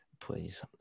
Please